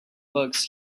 books